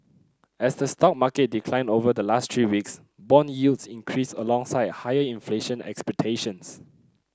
as the stock market declined over the last three weeks bond yields increased alongside higher inflation expectations